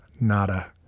Nada